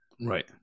Right